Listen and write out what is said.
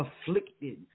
afflicted